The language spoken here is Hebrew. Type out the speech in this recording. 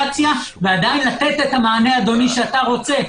ההבחנה ועדיין לתת, אדוני, את המענה שאתה רוצה.